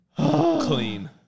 clean